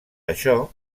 això